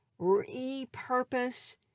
Repurpose